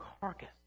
carcass